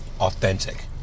authentic